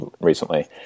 recently